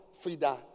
Frida